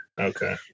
okay